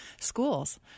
schools